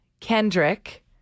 Kendrick